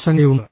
ആശങ്കയുണ്ട്